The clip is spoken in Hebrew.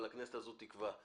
אבל הכנסת הזאת תקבע.